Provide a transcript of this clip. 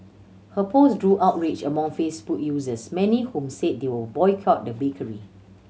her post drew outrage among Facebook users many whom said they would boycott the bakery